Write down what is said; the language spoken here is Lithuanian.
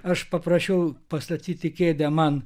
aš paprašiau pastatyti kėdę man